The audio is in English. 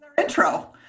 Intro